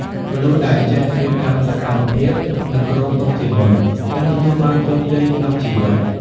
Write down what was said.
មនុស្សដែលចេះរៀបចំសកម្មភាព និងគ្រោងទុកជាមុន នឹងទទួលបានជោគជ័យក្នុងជីវិត។